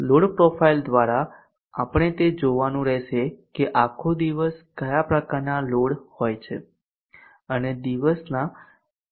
load profile દ્વારા આપણે તે જોવાનું રહેશે કે આખો દિવસ કયા પ્રકારનાં લોડ હોય છે અને દિવસના કયા સમયે હોય છે